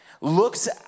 looks